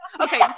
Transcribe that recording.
Okay